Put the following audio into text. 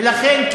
ולכן,